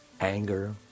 Anger